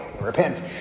Repent